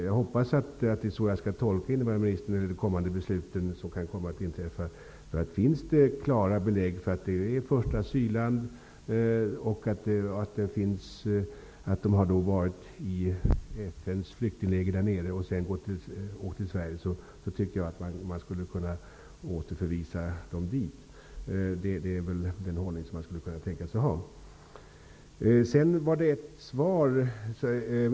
Jag hoppas att det är så jag skall tolka invandrarministern när det gäller de eventuellt kommande besluten. Finns det klara belägg för att det är fråga om första asylland, att de har varit i FN:s flyktingläger där nere och sedan åkt till Sverige, tycker jag att man skall kunna återförvisa dem dit. Det är väl den ordning man skulle kunna tänka sig att ha.